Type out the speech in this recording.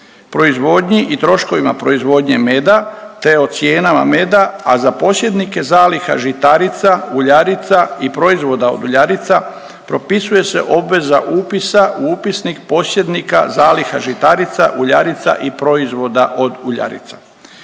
proizvodnji i troškovima proizvodnje meda, te o cijenama meda a za posjednike zaliha žitarica, uljarica i proizvoda od uljarica propisuje se obveza upisa u upisnik posjednika zaliha žitarica, uljarica i proizvoda od uljarica.